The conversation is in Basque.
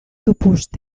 tupust